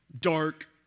dark